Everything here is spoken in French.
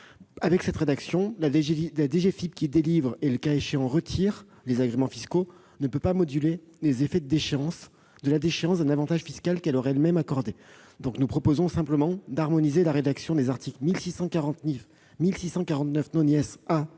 Avec cette rédaction, la DGFiP qui délivre et, le cas échéant, retire des agréments fiscaux ne pourrait pas moduler les effets de la déchéance d'un avantage fiscal qu'elle aurait elle-même accordé. Nous proposons simplement d'harmoniser la rédaction des articles 1649 et 1649 A